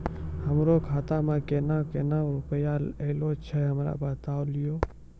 हमरो खाता मे केना केना रुपैया ऐलो छै? हमरा बताय लियै?